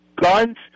guns